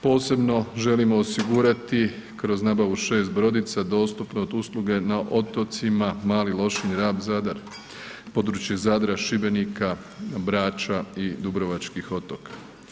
Posebno želimo osigurati kroz nabavu 6 brodica dostupnost usluge na otocima Mali Lošinj, Rab, Zadar, područje Zadra, Šibenika, Brača i dubrovačkih otoka.